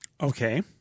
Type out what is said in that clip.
Okay